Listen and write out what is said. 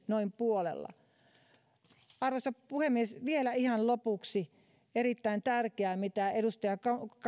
noin puolella päiväraha pieneni arvoisa puhemies vielä ihan lopuksi erittäin tärkeää on se mitä edustaja